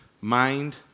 mind